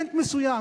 אלמנט מסוים,